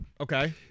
Okay